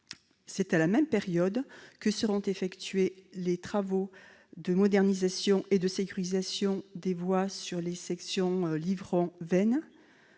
C'est à la même période que seront effectués les travaux de modernisation et de sécurisation des voies sur la section Livron-Veynes.